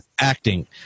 acting